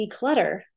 declutter